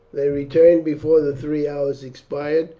they returned before the three hours expired,